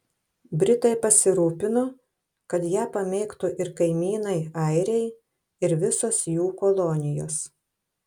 britai pasirūpino kad ją pamėgtų ir kaimynai airiai ir visos jų kolonijos